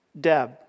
Deb